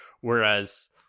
Whereas